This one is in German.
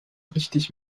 richtig